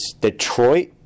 Detroit